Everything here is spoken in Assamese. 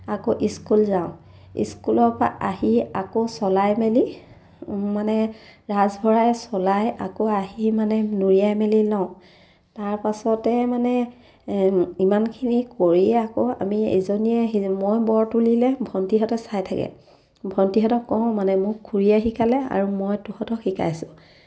আকৌ স্কুল যাওঁ স্কুলৰ পৰা আহি আকৌ চলাই মেলি মানে ৰাঁচ ভৰাই চলাই আকৌ আহি মানে নুৰিয়াই মেলি লওঁ তাৰপাছতে মানে ইমানখিনি কৰিয়ে আকৌ আমি এজনীয়ে মই বৰ তুলিলে ভণ্টিহঁতে চাই থাকে ভণ্টিহঁতক কওঁ মানে মোক খুৰীয়ে শিকালে আৰু মই তাহাঁতক শিকাইছোঁ